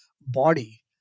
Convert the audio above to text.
body